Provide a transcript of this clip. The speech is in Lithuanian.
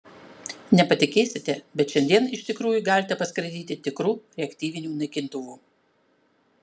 nepatikėsite bet šiandien iš tikrųjų galite paskraidyti tikru reaktyviniu naikintuvu